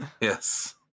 yes